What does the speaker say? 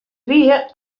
wie